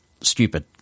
stupid